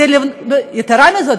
יתרה מזאת,